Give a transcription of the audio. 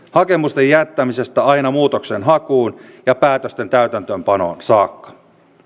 hakemusten jättämisestä aina muutoksenhakuun ja päätösten täytäntöönpanoon saakka